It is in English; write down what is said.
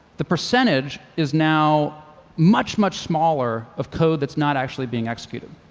the percentage is now much, much smaller of code that's not actually being executed.